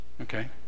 Okay